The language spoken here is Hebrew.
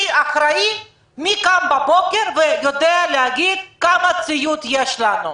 מי קם בבוקר ויודע להגיד כמה ציוד יש לנו?